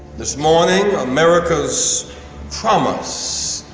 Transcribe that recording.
this morning, america's promise